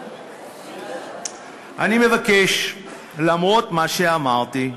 אני מבקש, למרות מה שאמרתי,